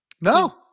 No